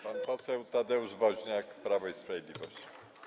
Pan poseł Tadeusz Woźniak, Prawo i Sprawiedliwość.